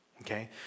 Okay